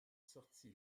sorti